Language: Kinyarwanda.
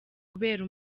kubera